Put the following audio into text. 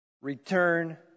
return